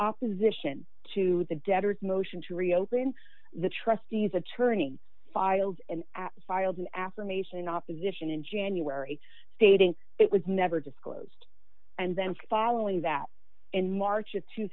opposition to the debtor's motion to reopen the trustees attorney filed an active file to affirmation opposition in january stating it was never disclosed and then following that in march of two